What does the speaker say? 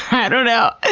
i don't know.